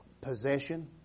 possession